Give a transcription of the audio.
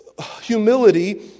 Humility